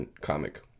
comic